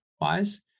wise